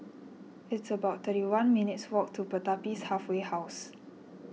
It's about thirty one minutes' walk to Pertapis Halfway House